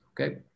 okay